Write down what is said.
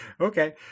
Okay